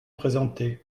présenté